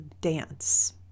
dance